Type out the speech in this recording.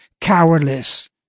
cowardless